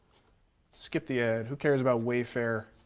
skip the ad. who cares about wayfair?